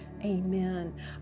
Amen